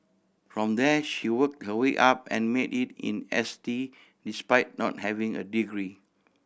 from there she worked her way up and made it in S T despite not having a degree